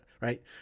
right